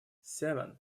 seven